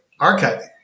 archiving